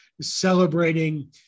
celebrating